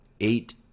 eight